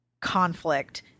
conflict